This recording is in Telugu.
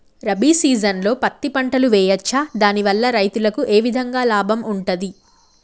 రబీ సీజన్లో పత్తి పంటలు వేయచ్చా దాని వల్ల రైతులకు ఏ విధంగా లాభం ఉంటది?